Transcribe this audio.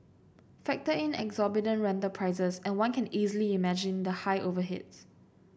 factor in exorbitant rental prices and one can easily imagine the high overheads